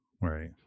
Right